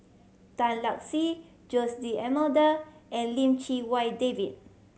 Tan Lark Sye Jose D'Almeida and Lim Chee Wai David